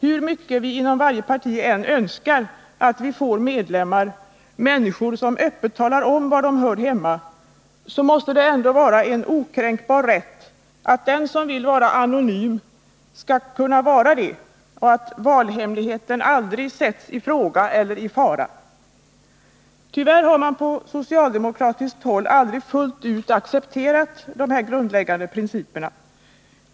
Hur mycket vi inom varje parti än önskar att vi får medlemmar, människor som öppet talar om var de hör hemma, så måste det ändå vara en okränkbar rätt att den som vill vara anonym skall kunna vara Nr 27 det och att valhemligheten aldrig sätts i fråga eller i fara. Onsdagen den Tyvärr har man på socialdemokratiskt håll aldrig fullt ut accepterat dessa 19 november 1980 grundläggande principer.